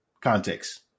context